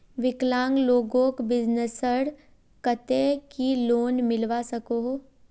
विकलांग लोगोक बिजनेसर केते की लोन मिलवा सकोहो?